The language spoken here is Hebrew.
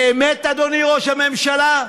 באמת, אדוני ראש הממשלה?